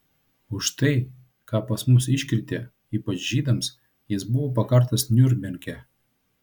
už tai ką pas mus iškrėtė ypač žydams jis buvo pakartas niurnberge